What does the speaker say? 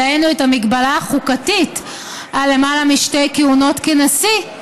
דהיינו את המגבלה החוקתית על למעלה משתי כהונות כנשיא,